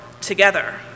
together